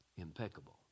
Impeccable